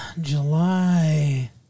July